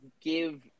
give